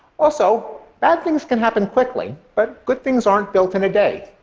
also, bad things can happen quickly, but good things aren't built in a day.